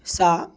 सा